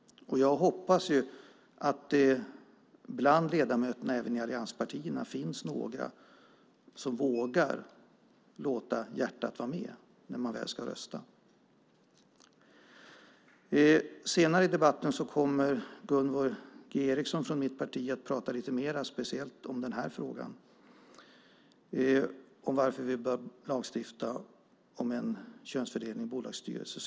Jag hoppas att det bland ledamöterna även i allianspartierna finns några som vågar låta hjärtat vara med när man ska rösta. Senare i debatten kommer Gunvor G Ericson från mitt parti att prata speciellt om varför vi bör lagstifta om en könsfördelning i bolagsstyrelser.